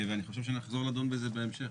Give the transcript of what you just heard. ואני חושב שנחזור לדון בזה בהמשך.